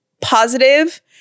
positive